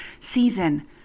Season